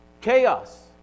Chaos